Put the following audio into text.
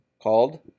called